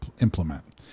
implement